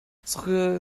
suche